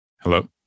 Hello